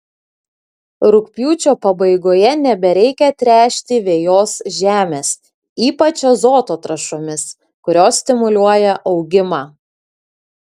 rugpjūčio pabaigoje nebereikia tręšti vejos žemės ypač azoto trąšomis kurios stimuliuoja augimą